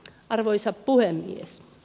arvoisa puhemies